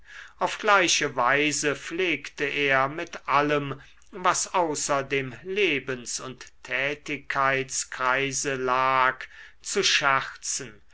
auf gleiche weise pflegte er mit allem was außer dem lebens und tätigkeitskreise lag zu scherzen